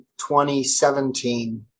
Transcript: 2017